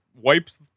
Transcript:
wipes